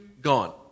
gone